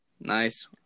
Nice